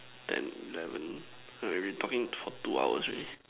ten eleven so we have been talking for two hours already